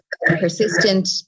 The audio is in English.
persistent